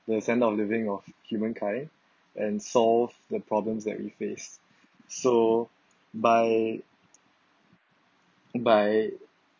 the standard of living of humankind and solve the problems that we face so by by